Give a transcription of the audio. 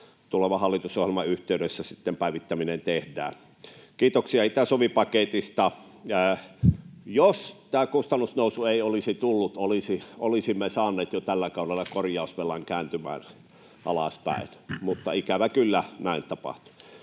tulevan hallitusohjelman yhteydessä sitten päivittäminen tehdään. Kiitoksia Itä-Suomi-paketista. Jos tätä kustannusnousua ei olisi tullut, olisimme saaneet jo tällä kaudella korjausvelan kääntymään alaspäin, mutta ikävä kyllä näin tapahtui.